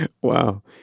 Wow